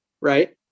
Right